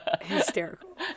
hysterical